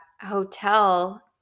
hotel